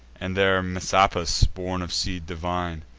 and there messapus, born of seed divine.